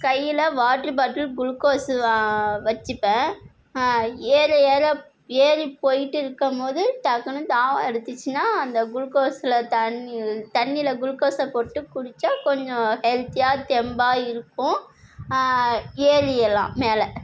கையில் water bottle glucose வா வைச்சுப்பேன் ஏற ஏற ஏறி போயிட்டுருக்கம்போது டக்குனு தாகம் எடுத்துச்சுனா அந்த குளுக்கோஸில் தண்ணி தண்ணியில் குளுகோஸை போட்டு குடித்தா கொஞ்சம் ஹெல்த்தியாக தெம்பாக இருக்கும் ஏறியெல்லாம் மேலே